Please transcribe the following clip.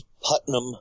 Putnam